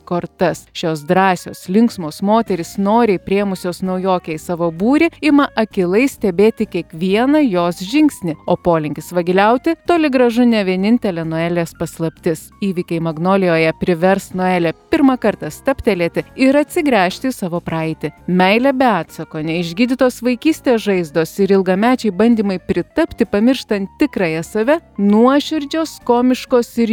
kortas šios drąsios linksmos moterys noriai priėmusios naujokę į savo būrį ima akylai stebėti kiekvieną jos žingsnį o polinkis vagiliauti toli gražu ne vienintelė nuelės paslaptis įvykiai magnolijoje privers nuelę pirmą kartą stabtelėti ir atsigręžti į savo praeitį meilė be atsako neišgydytos vaikystės žaizdos ir ilgamečiai bandymai pritapti pamirštant tikrąją save nuoširdžios komiškos ir